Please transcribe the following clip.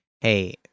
hey